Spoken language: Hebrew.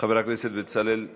חבר הכנסת בצלאל סמוטריץ,